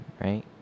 right